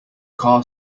car